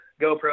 GoPro